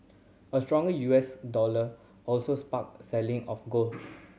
a stronger U S dollar also sparked selling of gold